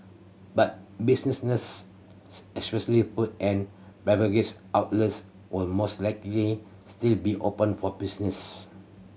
but businesses especially food and beverage outlets would most likely still be open for business